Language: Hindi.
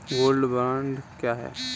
गोल्ड बॉन्ड क्या है?